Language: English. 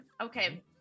Okay